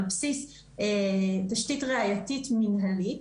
על בסיס תשתית ראייתית מנהלית.